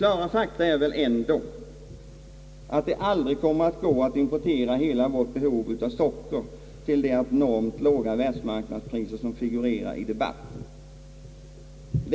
Klara fakta är väl ändå, att det aldrig kommer att gå att importera hela vårt behov av socker till de abnormt låga världsmarknadspriser som figurerar i debatten.